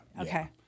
Okay